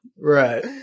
right